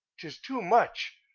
tis too much!